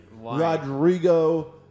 Rodrigo